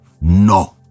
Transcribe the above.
No